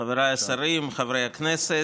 חבריי השרים, חברי הכנסת,